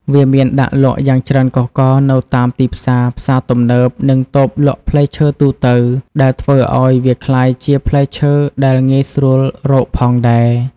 វាមានដាក់លក់យ៉ាងច្រើនកុះករនៅតាមទីផ្សារ ផ្សារទំនើប និងតូបលក់ផ្លែឈើទូទៅ ដែលធ្វើឲ្យវាក្លាយជាផ្លែឈើដែលងាយស្រួលរកផងដែរ។